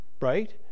Right